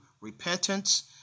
repentance